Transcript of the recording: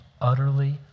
utterly